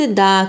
da